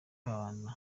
kabanda